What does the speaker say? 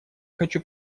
хочу